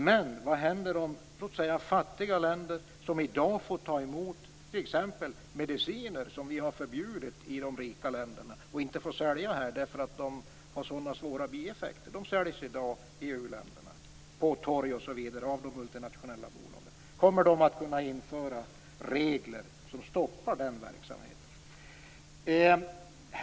Men vad händer med fattiga länder som i dag får ta emot t.ex. mediciner som vi har förbjudit i de rika länderna, som inte får säljas här därför att de har sådana svåra bieffekter? De säljs i dag i uländerna, på torg och andra platser, av de multinationella bolagen. Kommer man att kunna införa regler som stoppar den verksamheten?